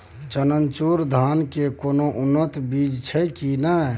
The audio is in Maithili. चननचूर धान के कोनो उन्नत बीज छै कि नय?